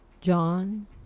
John